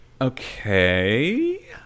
Okay